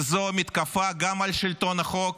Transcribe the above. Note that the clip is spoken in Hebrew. וזו מתקפה גם על שלטון החוק